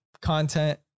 content